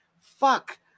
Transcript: fuck